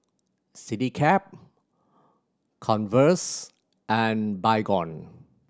Citycab Converse and Baygon